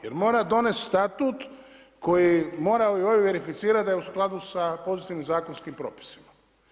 Jer mora donijeti statut koji moraju ovi verificirati da je u skladu sa posebnim zakonskim propisima.